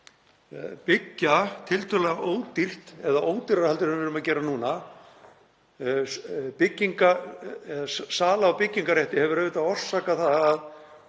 byggja tiltölulega ódýrt eða ódýrara en við erum að gera núna. Sala á byggingarrétti hefur orsakað það að